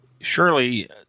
Surely